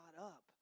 up